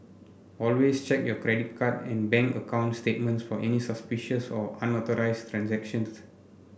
always check your credit card and bank account statements for any suspicious or unauthorised transactions